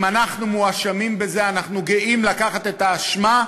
אם אנחנו מואשמים בזה, אנחנו גאים לקחת את האשמה,